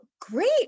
great